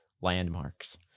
landmarks